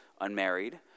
unmarried